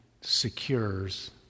secures